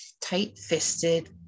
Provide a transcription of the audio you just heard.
tight-fisted